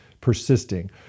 persisting